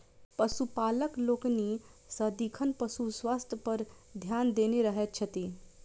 पशुपालक लोकनि सदिखन पशु स्वास्थ्य पर ध्यान देने रहैत छथि